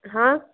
हाँ